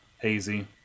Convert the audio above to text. hazy